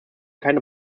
keine